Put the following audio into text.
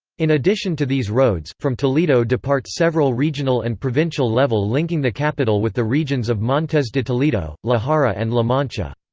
in addition to these roads, from toledo depart several regional and provincial-level linking the capital with the regions of montes de toledo, la jara and la mancha.